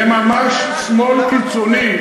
זה ממש שמאל קיצוני.